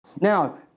Now